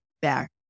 back